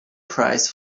price